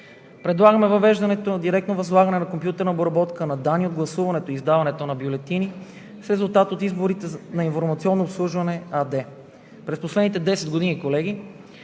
Предлагаме въвеждането на директно възлагане на компютърна обработка на данни от гласуването, издаването на бюлетини с резултат от изборите на „Информационно обслужване“ АД. През последните 10 години, колеги,